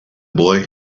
boy